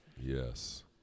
yes